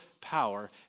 power